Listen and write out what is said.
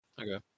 Okay